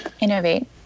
Innovate